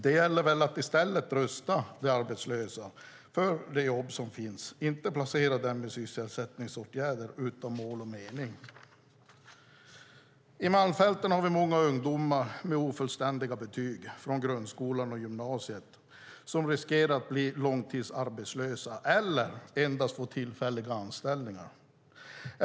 Det gäller väl att i stället rusta de arbetslösa för de jobb som finns - inte placera dem i sysselsättningsåtgärder utan mål och mening. I Malmfälten har vi många ungdomar med ofullständiga betyg från grundskolan och gymnasiet som riskerar att bli långtidsarbetslösa eller endast få tillfälliga anställningar.